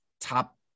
top